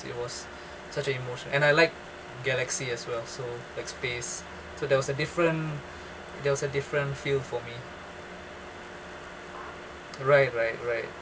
it was such a emotional and I like galaxy as well so the space so there was a different there was a different feel for me right right right